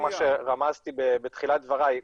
כמו שרמזתי בתחילת דבריי,